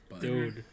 Dude